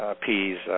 peas